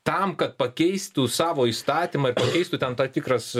tam kad pakeistų savo įstatymą ir pakeistų ten tikras